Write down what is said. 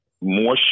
more